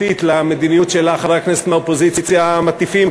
למדיניות שלה חברי הכנסת מהאופוזיציה מטיפים.